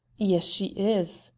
yes, she is,